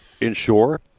inshore